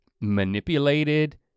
manipulated